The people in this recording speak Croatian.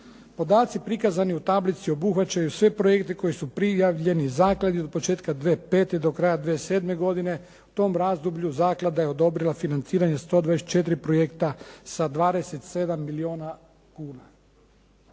Podaci prikazani u tablici obuhvaćaju sve projekte koji su prijavljeni zakladi od početka 2005. do kraja 2007. godine. U tom razdoblju zaklada je odobrila financiranje 124 projekta sa 27 milijuna kuna.